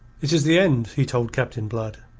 it is the end, he told captain blood.